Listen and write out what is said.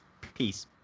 Peace